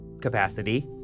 capacity